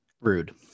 rude